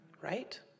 right